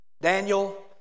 Daniel